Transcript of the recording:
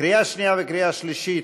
לקריאה שנייה וקריאה שלישית.